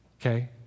okay